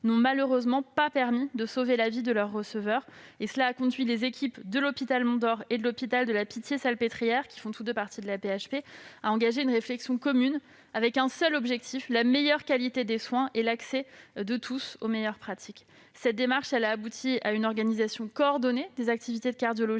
n'ont malheureusement pas permis de sauver la vie de leurs receveurs. Cela a conduit les équipes de cet hôpital et de l'hôpital de La Pitié-Salpêtrière, qui font tous deux partie de l'AP-HP, à engager une réflexion commune, avec un seul objectif : la meilleure qualité des soins et l'accès de tous aux meilleures pratiques. Cette démarche a abouti à une organisation coordonnée des activités de cardiologie